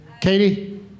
Katie